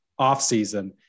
offseason –